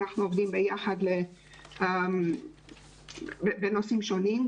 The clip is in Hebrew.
אנחנו עובדים ביחד בנושאים שונים,